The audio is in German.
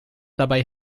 dabei